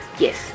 Yes